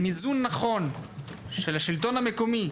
עם איזון נכון של השלטון המקומי,